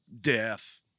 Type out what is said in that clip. death